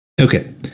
Okay